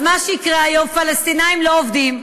אז מה שיקרה היום, פלסטינים לא עובדים,